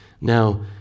now